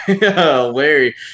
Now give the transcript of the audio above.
Larry